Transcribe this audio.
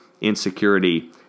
insecurity